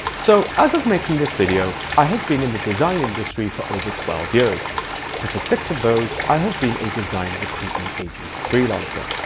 so as of making this video, i have been in the design industry for over twelve years and for six of those i have been a design recruitment agency freelancer.